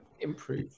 improve